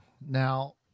Now